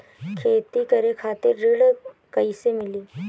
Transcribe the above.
खेती करे खातिर ऋण कइसे मिली?